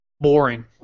Boring